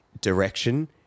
direction